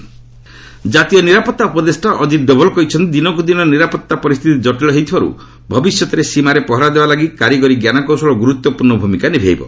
Doval BSF ଜାତୀୟ ନିରାପତ୍ତା ଉପଦେଷ୍ଟା ଅଜିତ ଡୋଭଲ କହିଛନ୍ତି ଦିନକୁ ଦିନ ନିରାପତ୍ତା ପରିସ୍ଥିତି କଟିଳ ହେଉଥିବାରୁ ଭବିଷ୍ୟତରେ ସୀମାରେ ପହରା ଦେବା ଲାଗି କାରିଗରି ଜ୍ଞାନକୌଶଳ ଗୁରୁତ୍ୱପୂର୍୍ଣ ଭୂମିକା ନିଭାଇବ